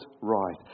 right